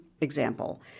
example